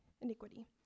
Iniquity